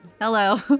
Hello